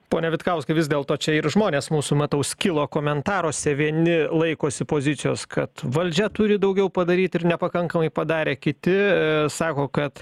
pone vitkauskai vis dėlto čia ir žmonės mūsų matau skilo komentaruose vieni laikosi pozicijos kad valdžia turi daugiau padaryt ir nepakankamai padarė kiti sako kad